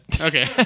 okay